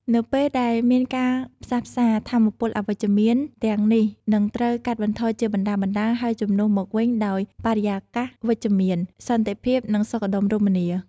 នៅពេលដែលមានការផ្សះផ្សា ថាមពលអវិជ្ជមានទាំងនេះនឹងត្រូវកាត់បន្ថយជាបណ្ដើរៗ ហើយជំនួសមកវិញដោយបរិយាកាសវិជ្ជមាន សន្តិភាព និងសុខដុមរមនា។